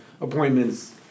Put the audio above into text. appointments